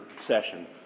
session